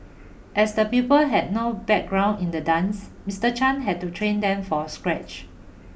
as the pupils had no background in the dance Mister Chan had to train them from scratch